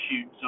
shoot